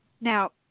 Now